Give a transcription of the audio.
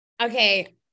okay